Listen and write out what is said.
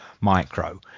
micro